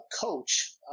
coach